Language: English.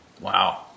Wow